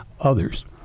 others